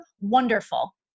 wonderful